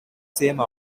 same